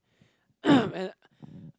and